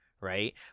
Right